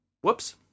Whoops